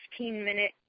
15-minute